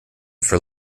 for